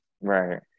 Right